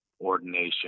ordination